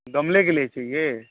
गमले के लिए चाहिए